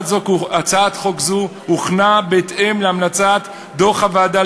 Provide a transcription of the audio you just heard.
הצעת חוק זו הוכנה בהתאם להמלצת דוח הוועדה